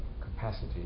capacity